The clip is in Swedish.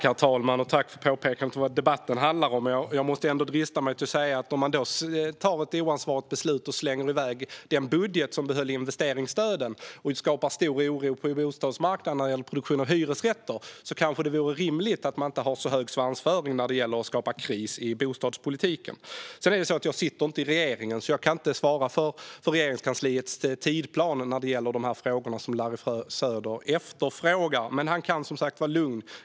Herr talman! Tack för påpekandet om vad debatten handlar om. Jag måste ändå drista mig till att säga att om man fattar ett oansvarigt beslut och slänger i väg den budget som behöll investeringsstöden, vilket skapar stor oro på bostadsmarknaden när det gäller produktion av hyresrätter, kanske det vore rimligt att inte ha så hög svansföring när det gäller att skapa kris i bostadspolitiken. Sedan sitter jag inte i regeringen, så jag kan inte svara för Regeringskansliets tidsplan och ge svar på det som Larry Söder efterfrågar. Men han kan som sagt vara lugn.